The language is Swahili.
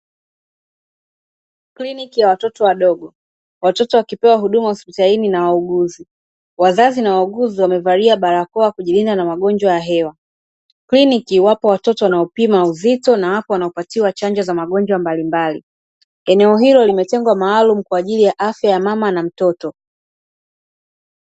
Kliniki ya watoto wadogo, watoto wakipewa huduma hosipitalini na wauguzi, wazazi na wauguzi wamevalia barakoa kujilinda na maambukizi ya magonjwa ya hewa, kliniki wapo watoto wanaopima uzito na pia wapo wanaopatiwa chanjo za magonjwa mbalimbali eneo hilo limetengwa maalumu kwa ajili ya afya ya mama na mtoto.